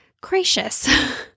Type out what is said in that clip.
Gracious